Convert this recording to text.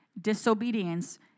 disobedience